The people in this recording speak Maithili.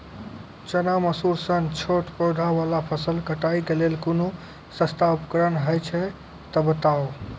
चना, मसूर सन छोट पौधा वाला फसल कटाई के लेल कूनू सस्ता उपकरण हे छै तऽ बताऊ?